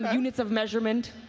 um units of measurement.